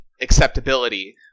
acceptability